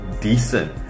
decent